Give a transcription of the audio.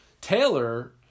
Taylor